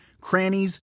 crannies